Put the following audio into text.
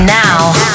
now